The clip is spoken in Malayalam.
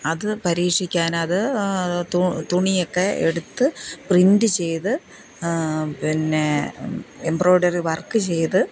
അത് പരീഷിക്കാന് അത് തുണി ഒക്കെ എടുത്ത് പ്രിന്റ് ചെയ്ത് പിന്നെ എബ്രോഡറി വര്ക്ക് ചെയ്ത്